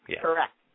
correct